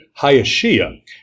Hayashiya